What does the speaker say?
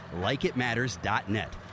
Likeitmatters.net